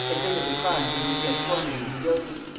admitted the crimes of which he had formerly been guilty.